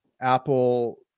Apple